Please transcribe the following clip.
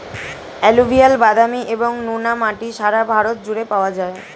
alluvial, বাদামি এবং নোনা মাটি সারা ভারত জুড়ে পাওয়া যায়